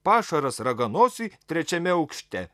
pašaras raganosiui trečiame aukšte